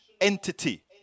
entity